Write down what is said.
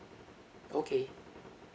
okay